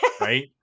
right